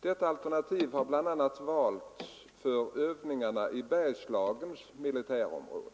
Detta alternativ har bl.a. valts för övningarna i Bergslagens militärområde.